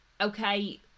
okay